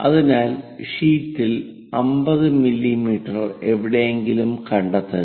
അതിനാൽ ഷീറ്റിൽ 50 മില്ലീമീറ്റർ എവിടെയെങ്കിലും കണ്ടെത്തുക